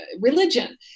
religion